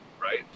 right